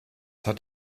hat